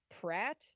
Pratt